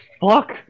fuck